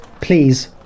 please